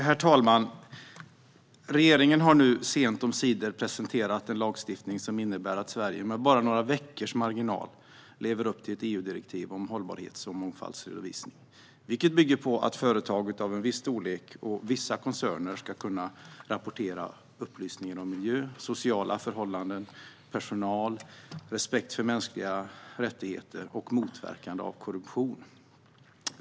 Herr talman! Regeringen har sent omsider presenterat en lagstiftning som innebär att Sverige, med bara några veckors marginal, lever upp till ett EU-direktiv om hållbarhets och mångfaldsredovisning, vilket bygger på att företag av en viss storlek samt vissa koncerner ska kunna rapportera upplysningar om miljö, sociala förhållanden, personal, respekt för mänskliga rättigheter och motverkande av korruption.